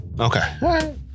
Okay